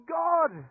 god